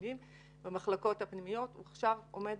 במחלקות הפנימיות עומד